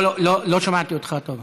לא שמעתי אותך טוב.